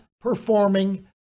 performing